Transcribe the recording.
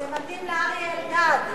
זה מתאים לאריה אלדד.